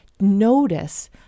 Notice